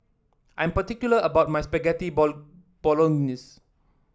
I am particular about my Spaghetti Bolognese